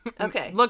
Okay